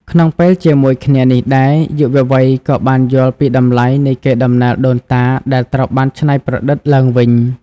ក្នុងពេលជាមួយគ្នានេះដែរ យុវវ័យក៏បានយល់ពីតម្លៃនៃកេរដំណែលដូនតាដែលត្រូវបានច្នៃប្រឌិតឡើងវិញ។